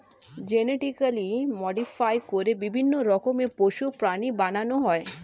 genetically modify করে বিভিন্ন রকমের পশু, প্রাণী বানানো হয়